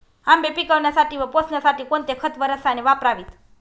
आंबे पिकवण्यासाठी व पोसण्यासाठी कोणते खत व रसायने वापरावीत?